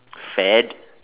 fad